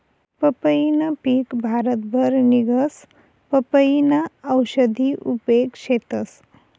पंपईनं पिक भारतभर निंघस, पपयीना औषधी उपेग शेतस